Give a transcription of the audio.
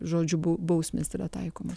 žodžiu bau bausmės yra taikomos